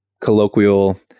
colloquial